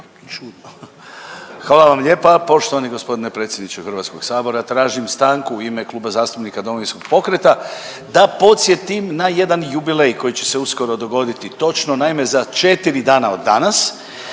Hvala vam lijepa. Poštovani gospodine predsjedniče Hrvatskog sabora tražim stanku u ime Kluba zastupnika Domovinskog pokreta da podsjetim na jedan jubilej koji će se uskoro dogoditi. Točno, naime za 4 dana od danas